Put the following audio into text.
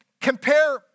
Compare